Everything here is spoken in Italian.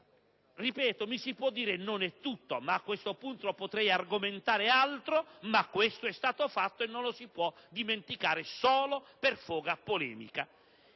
Ripeto, si può dire che non è stato fatto tutto, ma a questo punto potrei argomentare altro. E comunque questo è stato fatto e non si può dimenticarlo solo per foga polemica.